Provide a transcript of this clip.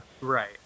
Right